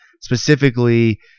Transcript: Specifically